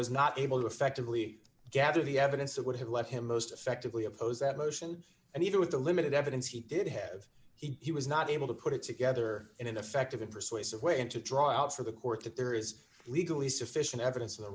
was not able to effectively gather the evidence that would have led him most effectively oppose that motion and even with the limited evidence he did have he was not able to put it together in an effective and persuasive way and to draw out for the court that there is legally sufficient evidence of the